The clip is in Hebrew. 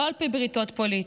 לא על פי בריתות פוליטיות,